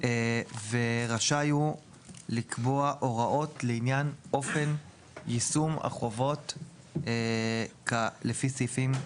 "ורשאי הוא לקבוע הוראות לעניין אופן יישום החובות לפי סעיפים,